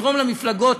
יתרום למפלגות,